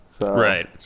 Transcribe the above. Right